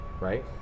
right